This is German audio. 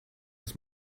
aus